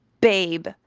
babe